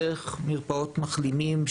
דרך מרפאות מחלימים,